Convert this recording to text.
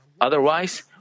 Otherwise